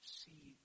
see